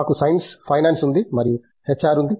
మాకు ఫైనాన్స్ ఉంది మరియు హెచ్ ఆర్ ఉంది